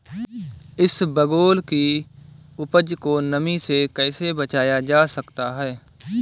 इसबगोल की उपज को नमी से कैसे बचाया जा सकता है?